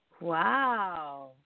Wow